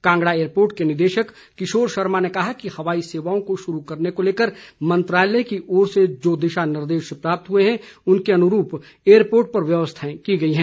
Kangra airport के निदेशक किशोर शर्मा ने कहा कि हवाई सेवाओं को शुरू करने को लेकर मंत्रालय की ओर से जो दिशा निर्देश प्राप्त हुए हैं उनके अनुरूप एयरपोर्ट पर व्यवस्थाएं की गई है